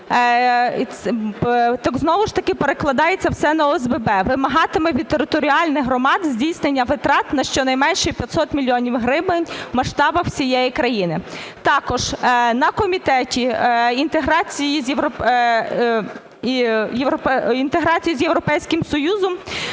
Так знову ж таки перекладається все на ОСББ, вимагає від територіальних громад здійснення витрат щонайменше на 500 мільйонів гривень в масштабах всієї країни. Також на комітеті інтеграції з Європейським Союзом